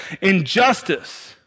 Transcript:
Injustice